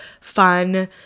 fun